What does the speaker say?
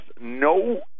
no